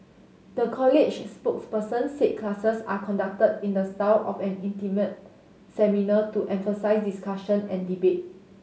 the college's spokesperson said classes are conducted in the style of an intimate seminar to emphasise discussion and debate